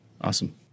awesome